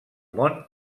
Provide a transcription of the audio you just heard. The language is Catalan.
món